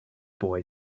boy